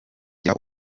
igira